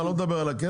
ואני לא מדבר על הכסף.